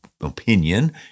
opinion